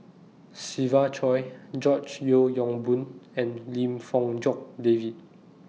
Siva Choy George Yeo Yong Boon and Lim Fong Jock David